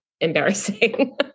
embarrassing